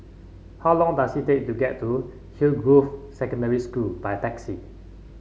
how long does it take to get to Hillgrove Secondary School by taxi